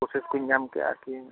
process ᱠᱩᱧ ᱧᱟᱢ ᱠᱮᱜᱼᱟ ᱟᱨᱠᱤ